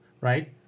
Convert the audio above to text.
right